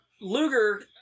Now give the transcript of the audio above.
Luger